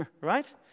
right